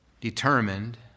determined